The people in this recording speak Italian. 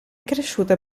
cresciuta